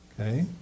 okay